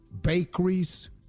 bakeries